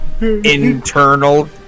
Internal